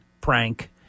prank